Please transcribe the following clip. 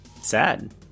sad